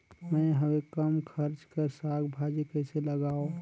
मैं हवे कम खर्च कर साग भाजी कइसे लगाव?